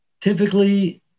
typically